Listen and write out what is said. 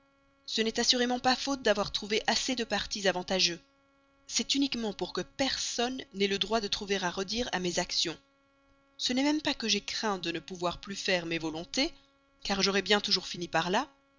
ce n'est assurément pas faute d'avoir trouvé assez de partis avantageux c'est uniquement pour que personne n'ait le droit de trouver à redire à mes actions ce n'est même pas que j'aie craint de ne plus pouvoir faire mes volontés car j'aurais bien toujours fini par là